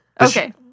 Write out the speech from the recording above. okay